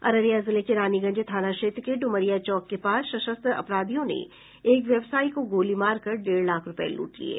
अररिया जिले के रानीगंज थाना क्षेत्र के ड्मरिया चौक के पास सशस्त्र अपराधियों ने एक व्यवसायी को गोली मारकर डेढ़ लाख रूपये लूट लिये